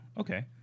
Okay